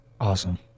Awesome